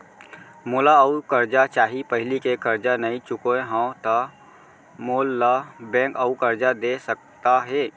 मोला अऊ करजा चाही पहिली के करजा नई चुकोय हव त मोल ला बैंक अऊ करजा दे सकता हे?